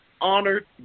honored